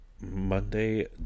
monday